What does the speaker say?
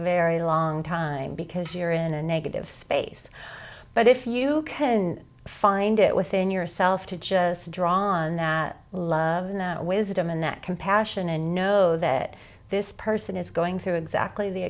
very long time because you're in a negative space but if you can find it within yourself to just drawn that love and wisdom and that compassion and know that this person is going through exactly the